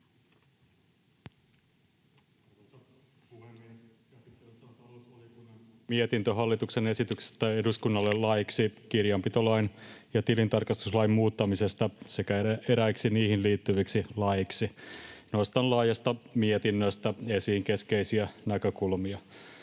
mietintö hallituksen esityksestä eduskunnalle laeiksi kirjanpitolain ja tilintarkastuslain muuttamisesta sekä eräiksi niihin liittyviksi laeiksi. Nostan laajasta mietinnöstä esiin keskeisiä näkökulmia.